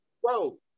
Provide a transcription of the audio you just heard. Whoa